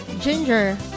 ginger